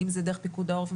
אם זה דרך פיקוד העורף,